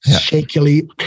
shakily